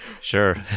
Sure